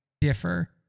differ